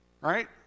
right